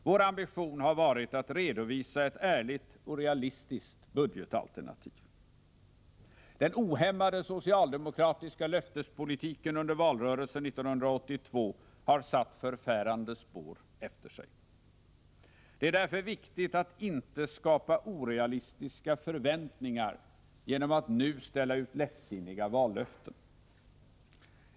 Vår ambition har varit att redovisa ett ärligt och realistiskt budgetalternativ. Den ohämmade socialdemokratiska löftespolitiken under valrörelsen 1982 har satt förfärande spår efter sig. Det är därför viktigt att inte skapa orealistiska förväntningar genom att nu ställa ut lättsinniga vallöften.